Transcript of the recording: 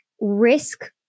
risk